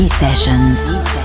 sessions